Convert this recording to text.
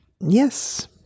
yes